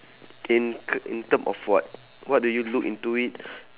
in in term of what what do you look into it